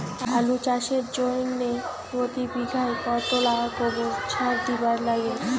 আলু চাষের জইন্যে প্রতি বিঘায় কতোলা গোবর সার দিবার লাগে?